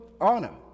honor